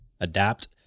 adapt